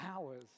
hours